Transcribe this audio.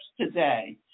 today